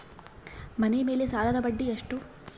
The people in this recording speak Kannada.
ಮನೆ ಮೇಲೆ ಸಾಲದ ಬಡ್ಡಿ ಎಷ್ಟು?